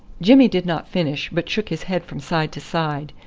jimmy did not finish, but shook his head from side to side,